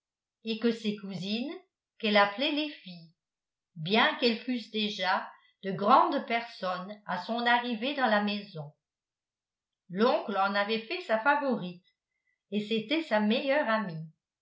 et que ses cousines qu'elle appelait les filles bien qu'elles fussent déjà de grandes personnes à son arrivée dans la maison l'oncle en avait fait sa favorite et c'était sa meilleure amie